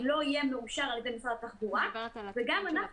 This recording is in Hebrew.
לא יהיה מאושר על ידי משרד התחבורה וגם אנחנו